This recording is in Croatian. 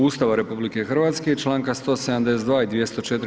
Ustava RH i članka 172. i 204.